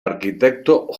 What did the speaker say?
arquitecto